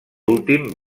últim